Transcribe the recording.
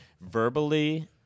verbally